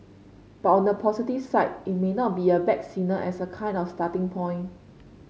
but on the positive side it may not be a bad signal as a kind of starting point